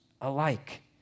alike